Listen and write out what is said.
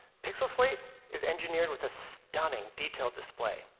pixel slate is engineered with a stunning detailed display,